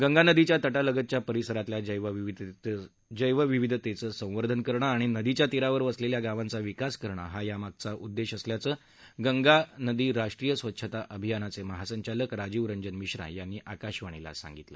गंगानदीच्या तटा लगतच्या परिसरातल्या जैवविविधतेचं संवर्धन करणं आणि नदीच्या तीरावर वसलेल्या गावांचा विकास करणं हा या यात्रेमागचा उद्देश असल्याचं गंगा नदी राष्ट्रीय स्वच्छता अभियानाचे महासंचालक राजीव रंजन मिश्रा यांनी आकाशवाणीला सांगितलं